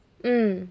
mm